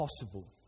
possible